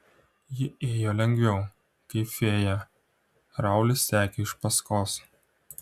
ji ėjo lengviau kaip fėja raulis sekė iš paskos